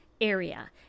area